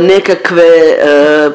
nekakve